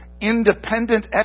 independent